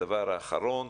הדבר האחרון.